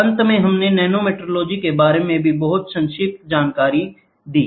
और अंत में हमने नैनोमेट्रोलॉजी के बारे में भी बहुत संक्षिप्त जानकारी दी